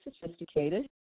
sophisticated